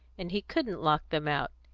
and he couldn't lock them out.